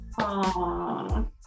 Aww